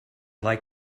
like